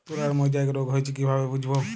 তুলার মোজাইক রোগ হয়েছে কিভাবে বুঝবো?